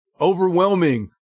overwhelming